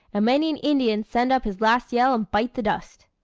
and many an indian send up his last yell and bite the dust.